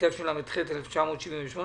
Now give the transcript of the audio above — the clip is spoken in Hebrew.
התשל"ח-1978,